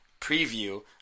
preview